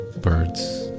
birds